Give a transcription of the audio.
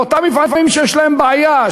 לאותם מפעלים שיש להם בעיה,